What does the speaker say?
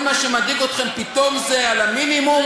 כל מה שמדאיג אתכם פתאום זה על המינימום?